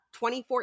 2014